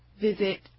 visit